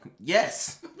Yes